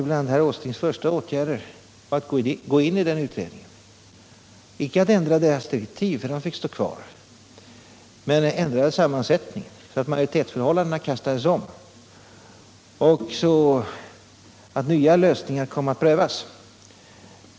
Bland herr Åslings första åtgärder var att gå in i utredningen — inte för att ändra dess direktiv, de fick stå kvar, men för att ändra sammansättningen, så att majoritetsförhållandena kastades om och så att nya lösningar kom att prövas.